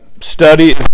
study